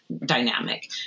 dynamic